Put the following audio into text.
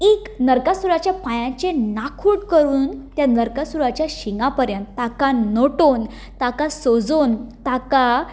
एक नरकासूराचे पांयाचें नाकूट करून ते नरकासूराचे शिंगा परेंत ताका नटोवन ताका सजोवन ताका